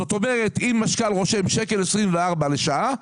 זאת אומרת, אם משכ"ל רושם 1.24 שקל לשעה,